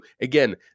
Again